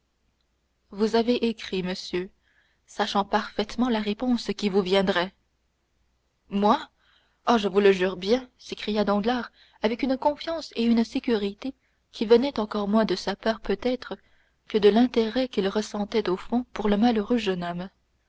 vous avez écrit monsieur dit albert sachant parfaitement la réponse qui vous viendrait moi ah je vous le jure bien s'écria danglars avec une confiance et une sécurité qui venaient encore moins de sa peur peut-être que de l'intérêt qu'il ressentait au fond pour le malheureux jeune homme